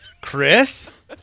Chris